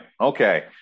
Okay